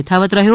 થથાવત રહ્યો